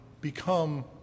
become